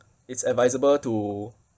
it's advisable to